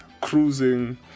cruising